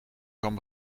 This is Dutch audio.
kan